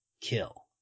kill